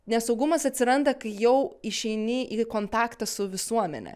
nesaugumas atsiranda kai jau išeini į kontaktą su visuomene